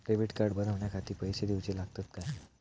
Debit card बनवण्याखाती पैसे दिऊचे लागतात काय?